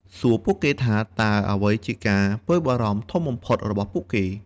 សួរពួកគេថា តើអ្វីជាការព្រួយបារម្ភធំបំផុតរបស់ពួកគេ?